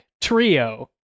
trio